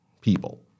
people